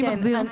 מי מחזיר?